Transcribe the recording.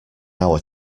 hour